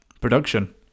production